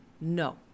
no